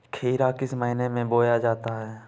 खीरा किस महीने में बोया जाता है?